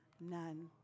None